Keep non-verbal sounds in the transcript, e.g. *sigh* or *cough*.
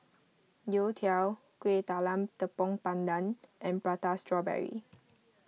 *noise* Youtiao Kueh Talam Tepong Pandan and Prata Strawberry